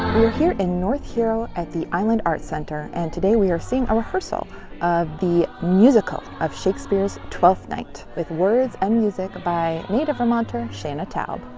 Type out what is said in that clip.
are here in north hero at the island arts center and today we are seeing a rehearsal of the musical of shakespeare's twelfth night with words and music by native vermonter shaina taub.